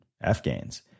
Afghans